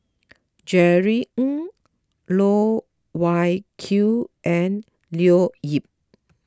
Jerry Ng Loh Wai Kiew and Leo Yip